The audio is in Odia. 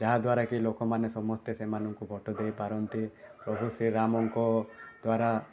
ଯାହାଦ୍ୱାରାକି ଲୋକମାନେ ସମସ୍ତେ ତାଙ୍କୁ ଭୋଟ ଦେଇପାରନ୍ତି ପ୍ରଭୁ ଶ୍ରୀରାମଙ୍କ ଦ୍ୱାରା